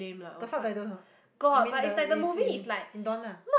got subtitles or not I mean the is in Indon lah